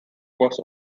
was